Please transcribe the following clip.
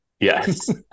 Yes